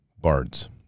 Bard's